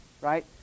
Right